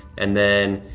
and then,